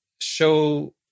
show